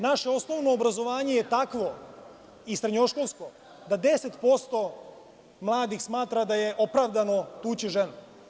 Naše osnovno obrazovanje je takvo i srednjoškolsko da 10% mladih smatra da je opravdao tući ženu.